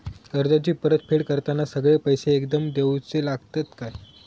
कर्जाची परत फेड करताना सगळे पैसे एकदम देवचे लागतत काय?